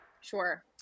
Sure